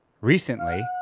Recently